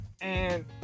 And-